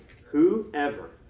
Whoever